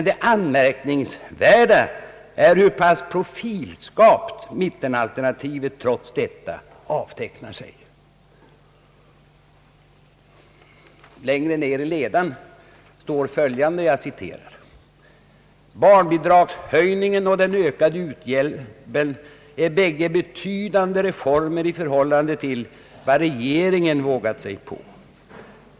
Det anmärkningsvärda är hur pass profilskarpt mittenalternativet trots detta avtecknar Sig.» Längre ned i ledaren står följande: »Barnbidragshöjningen och den ökade u-hjälpen är bägge betydande reformer i förhållande till vad regeringen våga! sig på.